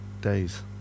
days